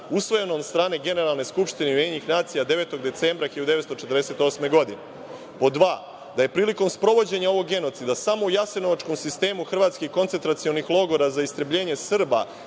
usvojen od strane Generalne skupštine Ujedinjenih nacija 9. decembra 1948. godine;2) da je prilikom sprovođenja ovog genocida samo u jasenovačkom sistemu hrvatskih koncentracionih logora za istrebljenje Srba,